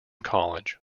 college